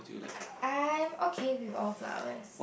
I am okay with all flowers